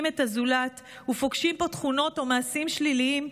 את הזולת ופוגשים בו תכונות ומעשים שליליים,